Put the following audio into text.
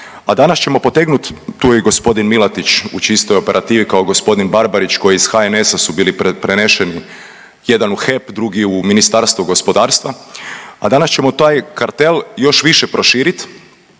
A danas ćemo potegnut, tu je gospodin Milatić u čistoj operativi kao gospodin Barbarić koji iz HNS-a su bili prenešeni jedan u HEP, drugi u Ministarstvo gospodarstva, a danas ćemo taj kartel još više proširit,